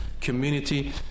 community